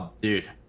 Dude